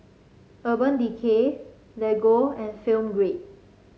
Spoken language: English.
Urban Decay Lego and Film Grade